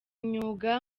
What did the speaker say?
imyuga